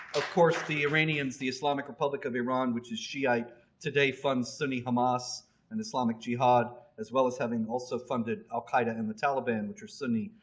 of course the iranians the islamic republic of iran which is shiite today funds sunni hamas and islamic jihad as well as having also funded al-qaeda and the taliban which are sunni.